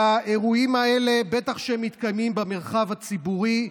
והאירועים האלה, בטח כשהם מתקיימים במרחב הציבורי,